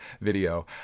video